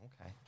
Okay